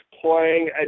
playing